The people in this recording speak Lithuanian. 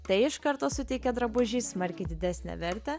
tai iš karto suteikia drabužiui smarkiai didesnę vertę